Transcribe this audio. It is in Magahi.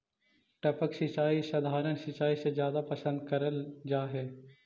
टपक सिंचाई सधारण सिंचाई से जादा पसंद करल जा हे